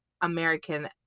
American